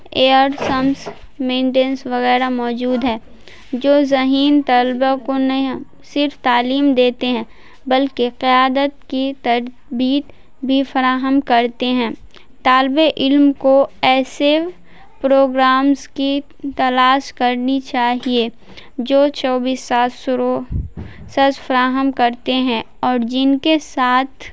ایئرسمس maintenance وغیرہ موجود ہے جو ذہین طلباء کو نہیں صرف تعلیم دیتے ہیں بلکہ قیادت کی تربیت بھی فراہم کرتے ہیں طالب علم کو ایسے پروگرامس کی تلاش کرنی چاہیے جو چوبیس سات سو سرسس فراہم کرتے ہیں اور جن کے ساتھ